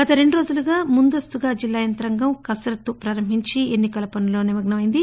గత రెండు రోజులుగా ముందస్తుగా జిల్లా యంత్రాంగం కసరత్తు ప్రారంభించి ఎన్ని కల పనునల్లో నిమగ్నమైంది